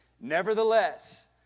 Nevertheless